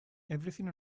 everything